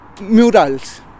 murals